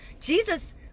Jesus